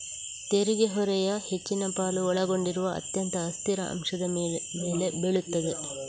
ತೆರಿಗೆ ಹೊರೆಯ ಹೆಚ್ಚಿನ ಪಾಲು ಒಳಗೊಂಡಿರುವ ಅತ್ಯಂತ ಅಸ್ಥಿರ ಅಂಶದ ಮೇಲೆ ಬೀಳುತ್ತದೆ